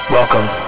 Welcome